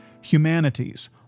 humanities